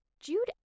Jude